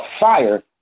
fire